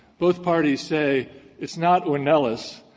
both parties say it's not ornelas.